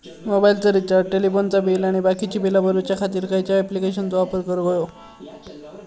मोबाईलाचा रिचार्ज टेलिफोनाचा बिल आणि बाकीची बिला भरूच्या खातीर खयच्या ॲप्लिकेशनाचो वापर करूक होयो?